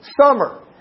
summer